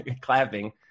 clapping